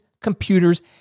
computers